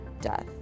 death